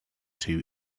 two